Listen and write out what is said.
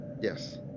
Yes